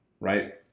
right